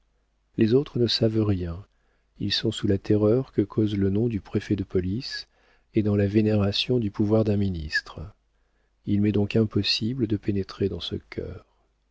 les autres ne savent rien ils sont sous la terreur que cause le nom du préfet de police et dans la vénération du pouvoir d'un ministre il m'est donc impossible de pénétrer dans ce cœur